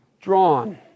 Drawn